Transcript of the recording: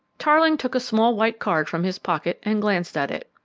tarling took a small white card from his pocket and glanced at it.